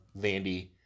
Vandy